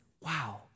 Wow